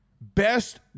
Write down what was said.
best